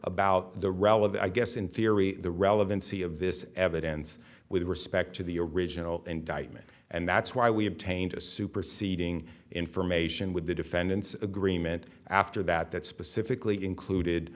about the relevant i guess in theory the relevancy of this evidence with respect to the original indictment and that's why we obtained a superseding information with the defendant's agreement after that that specifically included